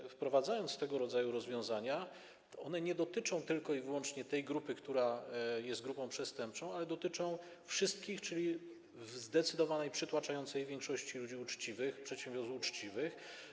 Gdy wprowadzamy tego rodzaju rozwiązania, to one nie dotyczą tylko i wyłącznie tej grupy, która jest grupą przestępczą, ale dotyczą wszystkich, czyli w zdecydowanej, przytłaczającej większości ludzi uczciwych, przedsiębiorców uczciwych.